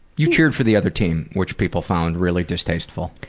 you cheered for the other team, which people found really distasteful.